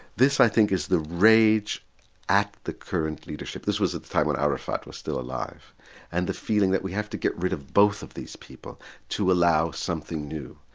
this is i think is the rage at the current leadership. this was at the time when arafat was still alive and the feeling that we have to get rid of both of these people to allow something new.